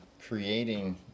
creating